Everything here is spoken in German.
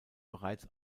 bereits